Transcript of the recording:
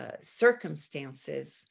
circumstances